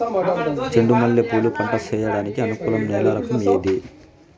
చెండు మల్లె పూలు పంట సేయడానికి అనుకూలం నేల రకం ఏది